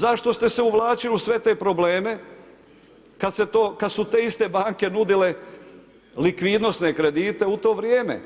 Zašto ste se uvlačili u sve te probleme kada su te iste banke nudile likvidnosne kredite u to vrijeme?